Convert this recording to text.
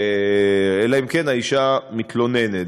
אלא אם כן האישה מתלוננת.